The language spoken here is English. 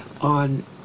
on